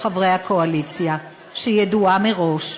חברי הקואליציה, שידועה מראש,